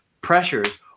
pressures